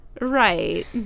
right